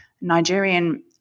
Nigerian